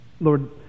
Lord